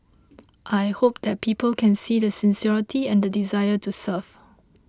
I hope that people can see the sincerity and the desire to serve